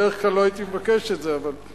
בדרך כלל לא הייתי מבקש את זה, אבל,